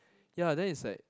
ya then it's like